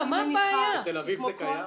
בתל אביב זה קיים?